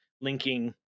linking